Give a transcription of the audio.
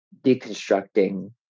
deconstructing